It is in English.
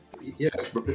Yes